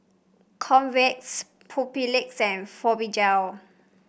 Convatec Papulex and Fibogel